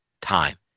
time